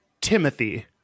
timothy